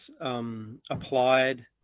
applied